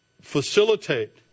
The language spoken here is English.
facilitate